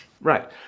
right